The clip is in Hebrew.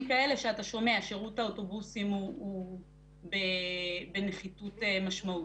כאלה שאתה שומע ששירות האוטובוסים הוא בנחיתות משמעותית.